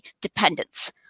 dependence